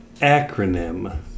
acronym